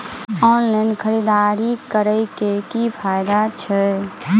Online खरीददारी करै केँ की फायदा छै?